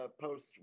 post